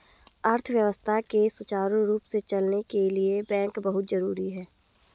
अर्थव्यवस्था के सुचारु रूप से चलने के लिए बैंक बहुत जरुरी हैं